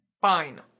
Fine